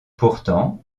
pourtant